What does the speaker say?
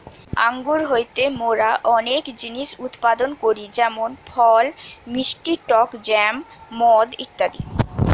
আঙ্গুর হইতে মোরা অনেক জিনিস উৎপাদন করি যেমন ফল, মিষ্টি টক জ্যাম, মদ ইত্যাদি